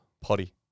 Potty